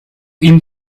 him